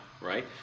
right